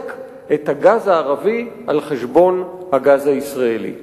לחזק את הגז הערבי על חשבון הגז הישראלי.